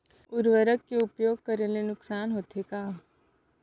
उर्वरक के उपयोग करे ले नुकसान होथे का?